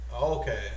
Okay